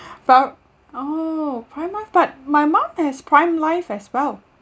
but oh prime life but my mum has prime life as well